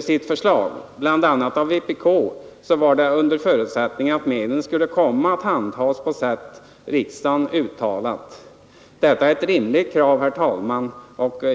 sitt förslag, bl.a. av vpk, var en iöhvveahber197 förutsättning att medlen skulle komma att handhas på sätt riksdagen NE uttalat sig för. Detta är ett rimligt krav, herr talman, och jag har Ang.